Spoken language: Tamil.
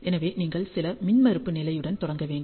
எனவே நீங்கள் சில மின்மறுப்பு நிலையுடன் தொடங்க வேண்டும்